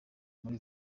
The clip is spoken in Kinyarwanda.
muri